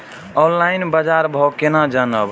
Online बाजार भाव केना जानब?